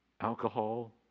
alcohol